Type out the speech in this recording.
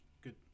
Good